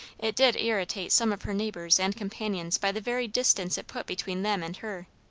it did irritate some of her neighbours and companions by the very distance it put between them and her.